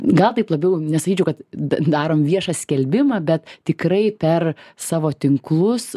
gal taip labiau nesakyčiau kad da darom viešą skelbimą bet tikrai per savo tinklus